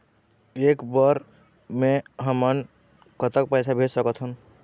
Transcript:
एक बर मे हमन कतका पैसा भेज सकत हन?